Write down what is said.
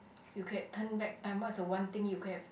you can turn back time what's the one thing you could have